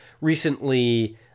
recently